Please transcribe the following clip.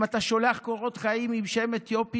אם אתה שולח קורות חיים עם שם אתיופי,